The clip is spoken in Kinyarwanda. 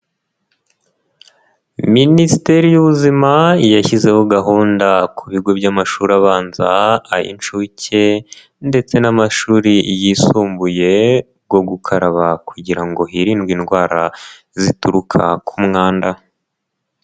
Minisiteri y'Ubuzima yashyizeho gahunda ku bigo by'amashuri abanza, ay'inshuke ndetse n'amashuri yisumbuye bwo gukaraba kugira ngo hirindwe indwara zituruka ku mwanda.